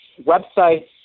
Websites